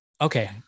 okay